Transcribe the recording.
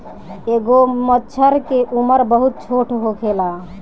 एगो मछर के उम्र बहुत छोट होखेला